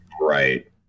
right